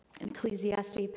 Ecclesiastes